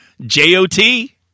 J-O-T